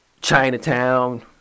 Chinatown